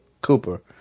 Cooper